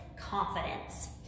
confidence